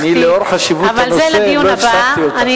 אבל זה לדיון הבא.